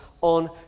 on